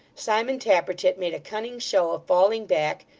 simon tappertit made a cunning show of falling back,